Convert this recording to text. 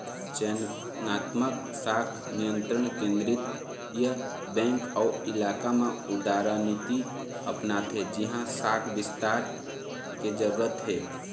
चयनात्मक शाख नियंत्रन केंद्रीय बेंक ओ इलाका म उदारनीति अपनाथे जिहाँ शाख बिस्तार के जरूरत हे